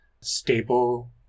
stable